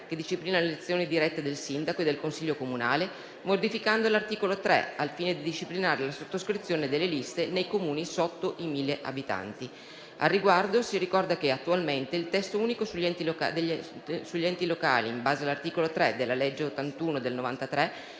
che disciplina l'elezione diretta del sindaco e del consiglio comunale, modificando l'articolo 3, al fine di disciplinare la sottoscrizione delle liste nei Comuni sotto i 1.000 abitanti. Al riguardo, si ricorda che, attualmente, il testo unico sugli enti locali, in base all'articolo 3 della legge n. 81 del 1993,